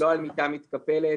לא על מיטה מתקפלת,